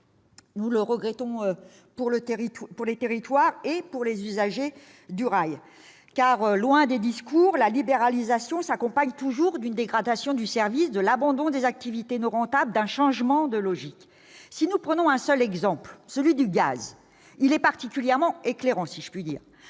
Nous le regrettons, pour les territoires comme pour les usagers du rail, car, au-delà des discours, la libéralisation s'accompagne toujours d'une dégradation du service, de l'abandon des activités non rentables, d'un changement de logique. Je n'en prendrai qu'un exemple, celui du gaz, particulièrement éclairant, si je puis dire